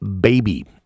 Baby